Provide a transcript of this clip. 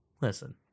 Listen